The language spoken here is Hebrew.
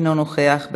אינו נוכח.